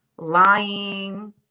lying